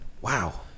Wow